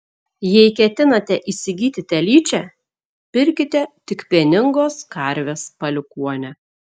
jei ketinate įsigyti telyčią pirkite tik pieningos karvės palikuonę